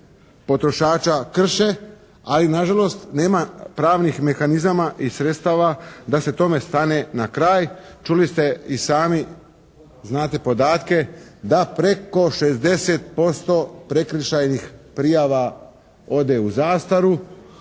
potrošača krše, a i na žalost nema pravnih mehanizama i sredstava da se tome stane na kraj. Čuli ste i sami, znate podatke, da preko 60% prekršajnih prijava ode u zastaru.